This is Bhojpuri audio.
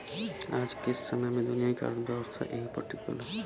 आज के समय मे दुनिया के अर्थव्यवस्था एही पर टीकल हौ